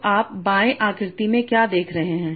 तो आप बाएं आकृति में क्या देख रहे हैं